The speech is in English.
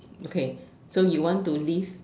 okay so you want to leave